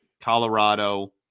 Colorado